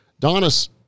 donis